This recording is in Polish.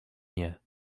nie